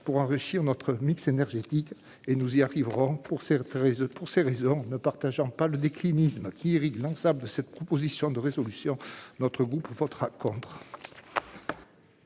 pour enrichir notre mix énergétique, et nous y arriverons. Pour ces raisons, rejetant le déclinisme qui irrigue l'ensemble de cette proposition de résolution, le groupe RDPI votera contre.